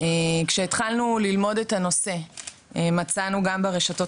כשהתחלנו ללמוד את הנושא מצאנו גם ברשתות